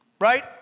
Right